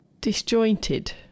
disjointed